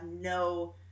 no